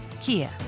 Kia